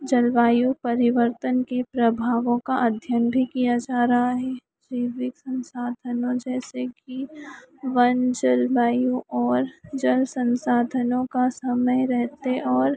जलवायु परिवर्तन की प्रभावों का अध्ययन भी किया जा रहा है विभिन्न संसाधनों जैसे कि वन जल वायु और जल संसाधनों का समय रहते और